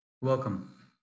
Welcome